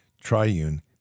triune